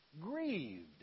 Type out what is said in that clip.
grieved